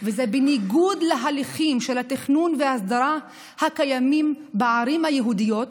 וזה בניגוד להליכים של התכנון וההסדרה הקיימים בערים היהודיות,